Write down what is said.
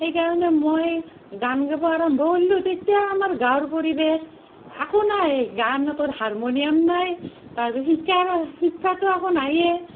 সেইকাৰণে মই গান গাব আৰম্ভ কৰিলো তেতিয়া আমাৰ গাঁৱৰ পৰিৱেশ একো নাই গান হাৰমনিয়াম নাই তাৰ আৰু শিকিবটো একো নাইয়ে